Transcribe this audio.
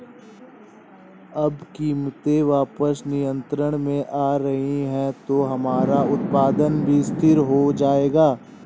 अब कीमतें वापस नियंत्रण में आ रही हैं तो हमारा उत्पादन भी स्थिर हो जाएगा